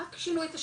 רק שינו את השם,